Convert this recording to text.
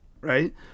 right